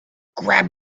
grab